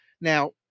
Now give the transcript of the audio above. Now